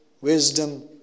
wisdom